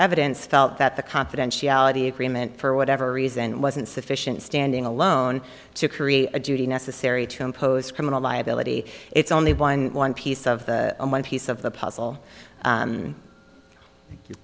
evidence felt that the confidentiality agreement for whatever reason wasn't sufficient standing alone to create a duty necessary to impose criminal liability it's only one piece of my piece of the puzzle thank you